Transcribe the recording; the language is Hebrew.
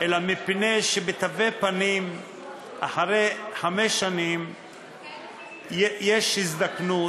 אלא מפני שבתווי פנים אחרי חמש שנים יש הזדקנות,